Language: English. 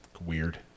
weird